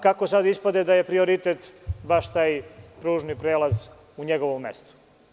Kako sada ispade da je prioritet baš taj pružni prelaz u njegovom mestu?